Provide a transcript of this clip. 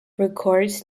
records